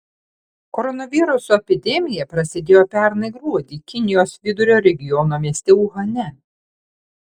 koronaviruso epidemija prasidėjo pernai gruodį kinijos vidurio regiono mieste uhane